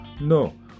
no